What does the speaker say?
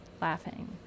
laughing